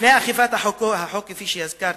לפני אכיפת החוק, כפי שהזכרתי,